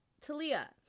Talia